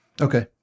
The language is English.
Okay